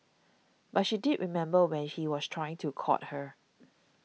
but she did remember when he was trying to court her